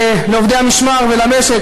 לעובדי המשמר והמשק,